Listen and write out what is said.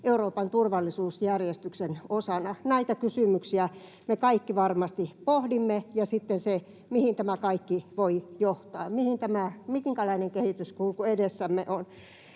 Euroopan turvallisuusjärjestyksen osana. Näitä kysymyksiä me kaikki varmasti pohdimme, ja sitten sitä, mihin tämä kaikki voi johtaa, minkälainen kehityskulku edessämme on.